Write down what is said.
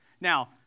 Now